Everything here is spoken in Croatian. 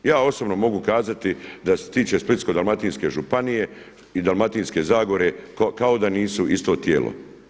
Ja osobno mogu kazati da što se tiče Splitsko-dalmatinske županije i Dalmatinske zagore kao da nisu isto tijelo.